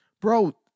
bro